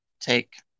take